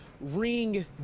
ring